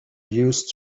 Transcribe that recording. used